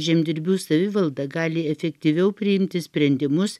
žemdirbių savivalda gali efektyviau priimti sprendimus